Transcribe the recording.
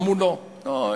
אמרו: לא.